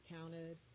counted